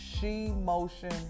she-motion